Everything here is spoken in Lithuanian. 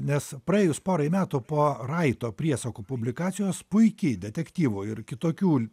nes praėjus porai metų po raito priesakų publikacijos puiki detektyvų ir kitokių